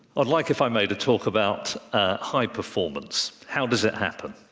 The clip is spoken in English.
i'd like, if i may, to talk about high performance. how does it happen?